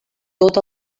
tot